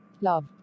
Love